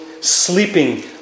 sleeping